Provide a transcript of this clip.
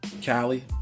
Cali